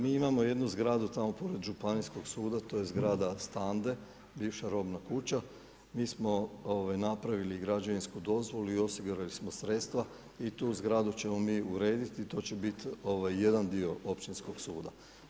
Mi imamo jednu zgradu tamo pored Županijskog suda to je zgrada Stande bivša robna kuća, mi smo napravili građevinsku dozvolu i osigurali smo sredstva i tu zgradu ćemo mi urediti i to će biti jedan dio općinskog suda.